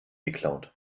geklaut